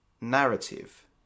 Narrative